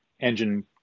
engine